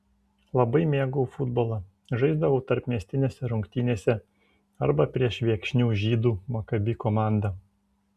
labai mėgau futbolą žaisdavau tarpmiestinėse rungtynėse arba prieš viekšnių žydų makabi komandą